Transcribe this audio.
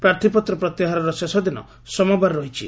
ପ୍ରାର୍ଥୀପତ୍ର ପ୍ରତ୍ୟାହାରର ଶେଷ ଦିନ ସୋମବାର ରହିଛି